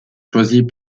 choisis